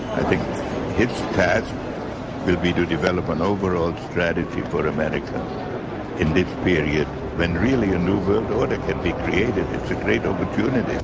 think his task will be to develop an overall strategy for america in this period when really a new world but and order can be created. it's a great opportunity.